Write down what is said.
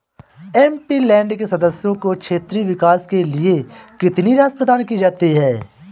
MP land के सदस्यों को क्षेत्रीय विकास के लिए कितनी राशि प्रदान की जाती है?